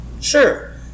sure